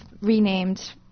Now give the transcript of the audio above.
renamed